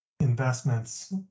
investments